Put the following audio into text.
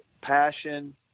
passion